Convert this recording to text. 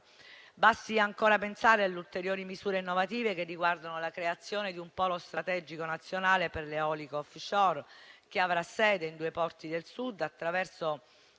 Basti pensare alle ulteriori misure innovative che riguardano la creazione di un polo strategico nazionale per l'eolico *offshore*, che avrà sede in due porti del Sud attraverso